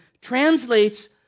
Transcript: translates